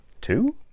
two